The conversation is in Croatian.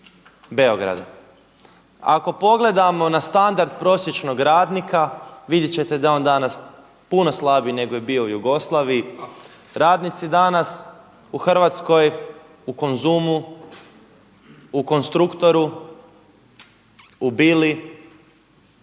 Beograda. Ako pogledamo na standard prosječnog radnika, vidjet ćete da je on danas puno slabiji, nego je bio u Jugoslaviji. Radnici danas u Hrvatskoj u Konzumu, u Konstruktoru, u Bili